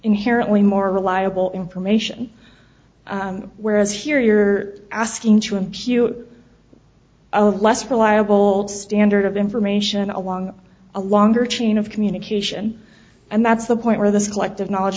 inherently more reliable information whereas here you're asking to impute less reliable old standard of information along a longer chain of communication and that's the point where this collective knowledge